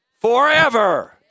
Forever